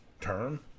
term